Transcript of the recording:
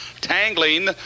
tangling